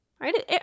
right